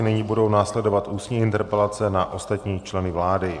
Nyní budou následovat ústní interpelace na ostatní členy vlády.